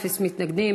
אפס מתנגדים,